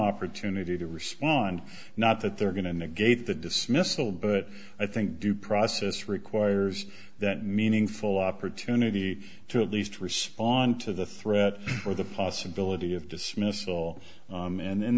opportunity to respond not that they're going to negate the dismissal but i think due process requires that meaningful opportunity to at least respond to the threat or the possibility of dismissal and th